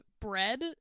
bread